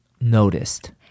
noticed